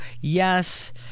yes